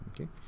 Okay